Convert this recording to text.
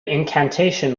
incantation